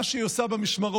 מה שהיא עושה במשמרות,